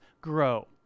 grow